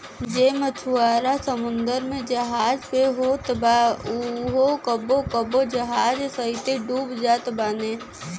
जे मछुआरा समुंदर में जहाज पे होत बा उहो कबो कबो जहाज सहिते डूब जात बाने